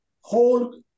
whole